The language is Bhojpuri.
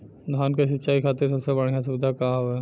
धान क सिंचाई खातिर सबसे बढ़ियां सुविधा का हवे?